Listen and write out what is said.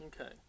Okay